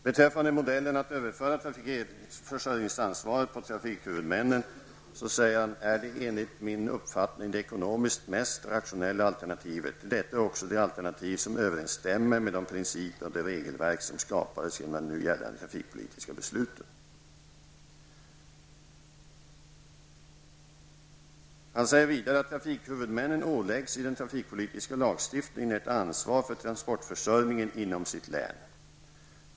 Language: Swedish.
Beträffande modellen att överföra trafikförsörjningsansvaret till trafikhuvudmännen fortsätter Bill Fransson: ''-- är enligt min uppfattning det ekonomiskt mest rationella alternativet. Detta är också det alternativ som överensstämmer med de principer och det regelverk som skapades genom det nu gällande trafikpolitiska beslutet.'' Vidare: ''THM åläggs i den trafikpolitiska lagstiftningen ett ansvar för transportförsörjningen inom sitt län.